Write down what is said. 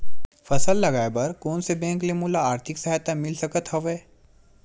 फसल लगाये बर कोन से बैंक ले मोला आर्थिक सहायता मिल सकत हवय?